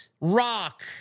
Rock